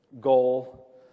goal